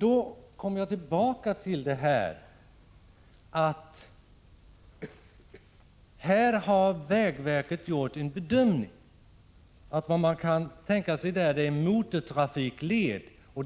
Jag kommer tillbaka till detta att vägverket där har gjort en bedömning. Vad vägverket kan tänka sig där är en motortrafikled.